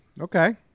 Okay